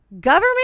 government